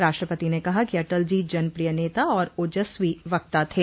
राष्ट्रपति ने कहा कि अटल जी जनप्रिय नेता और ओजस्वी वक्ता थे